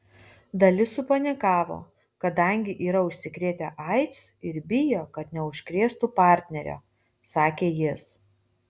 dalis supanikavo kadangi yra užsikrėtę aids ir bijo kad neužkrėstų partnerio sakė jis